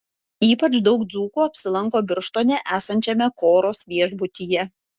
ypač daug dzūkų apsilanko birštone esančiame koros viešbutyje